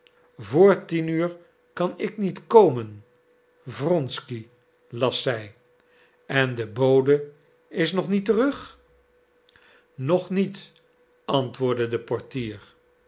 vr tien uur kan ik niet komen wronsky las zij en de bode is nog niet terug nog niet antwoordde de portier